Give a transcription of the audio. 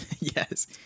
Yes